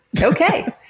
Okay